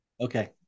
Okay